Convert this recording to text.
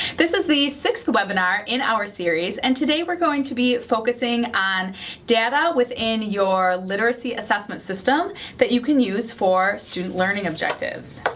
this is the sixth webinar in our series, and today we're going to be focusing on data within your literacy assessment system that you can use for student learning objectives.